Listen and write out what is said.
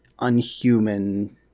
unhuman